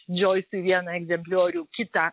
džoisui vieną egzempliorių kitą